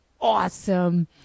awesome